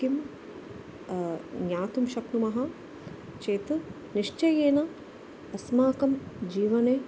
किं ज्ञातुं शक्नुमः चेत् निश्चयेन अस्माकं जीवने